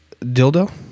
dildo